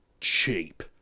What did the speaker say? cheap